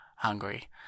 Hungry